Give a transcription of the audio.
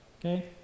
Okay